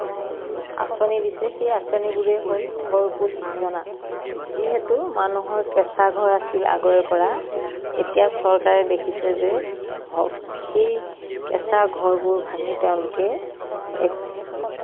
আচঁনি দিছে সেই আচঁনিবোৰেই হ'ল ঘৰকূট যোজনা যিহেতু মানুহৰ কেঁচা ঘৰ আছিল আগৰে পৰা এতিয়া চৰকাৰে দেখিছে যে সেই কেঁচা ঘৰবোৰ ভাঙি তেওঁলোকে এক